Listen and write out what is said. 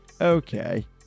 Okay